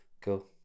Cool